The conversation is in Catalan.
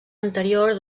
anterior